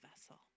vessel